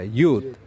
youth